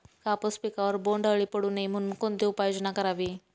कापूस पिकावर बोंडअळी पडू नये म्हणून कोणती उपाययोजना करावी?